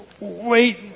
wait